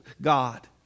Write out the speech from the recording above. God